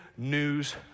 news